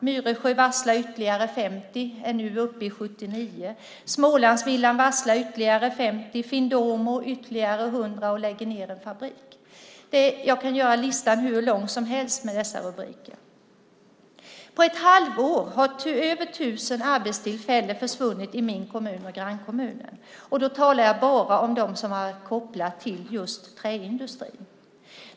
Myresjö varslar ytterligare 50 och är nu uppe i 79. Smålandsvillan varslar ytterligare 50, Finndomo ytterligare 100 och lägger ned en fabrik. Jag kan göra listan hur som helst med sådana rubriker. På ett halvår har över 1 000 arbetstillfällen försvunnit i min kommun och grannkommunen, och då talar jag bara om dem som har varit kopplade till just träindustrin.